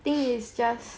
it's just